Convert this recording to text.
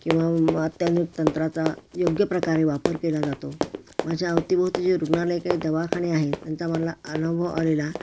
किंवा मग अत्याधुनिक तंत्राचा योग्य प्रकारे वापर केला जातो माझ्या अवतीभोवती जे रुग्णालयं जे काही दवाखाने आहेत त्यांचा मला अनुभव आलेला